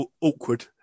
Awkward